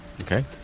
Okay